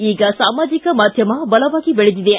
ಈಗ ಸಾಮಾಜಿಕ ಮಾಧ್ಯಮ ಬಲವಾಗಿ ಬೆಳದಿದೆ